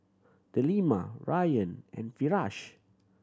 Delima Rayyan and Firash